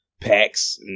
packs